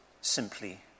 simply